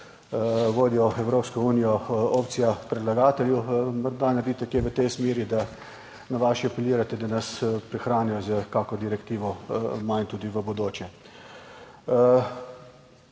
vodijo Evropsko unijo, opcija predlagateljev, morda naredite kaj v tej smeri, da na vaše apelirate, da nas prihranijo s kakšno direktivo manj tudi v bodoče.